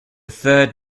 third